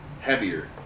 heavier